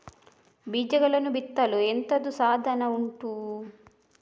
ಬೀಜಗಳನ್ನು ಬಿತ್ತಲು ಎಂತದು ಸಾಧನ ಉಂಟು?